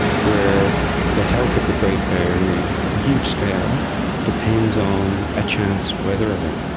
where the health of the great barrier reef at a huge scale depends on a chance weather event.